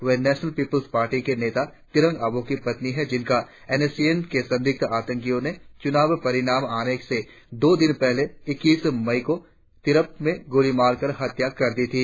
वे national people's party के नेता तिरोंग आबोह की पत्नी है जिनका एन एस सी एन के संदिग्ध आतंकियों ने चुनाव परिणाम आने से दो दिन पहले इक्कीस मई को तिरप जिले में गोली मारकर हत्या कर दी थी